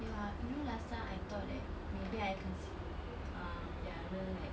ya you know last time I thought that maybe I can ah pelihara like